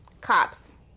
cops